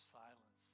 silence